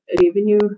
revenue